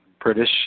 British